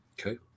okay